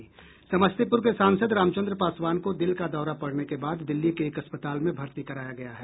समस्तीपुर के सांसद रामचन्द्र पासवान को दिल का दौरा पड़ने के बाद दिल्ली के एक अस्पताल में भर्ती कराया गया है